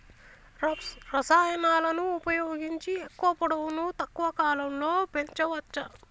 రసాయనాలను ఉపయోగించి ఎక్కువ పొడవు తక్కువ కాలంలో పెంచవచ్చా?